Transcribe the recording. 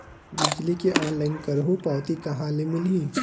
बिजली के ऑनलाइन करहु पावती कहां ले मिलही?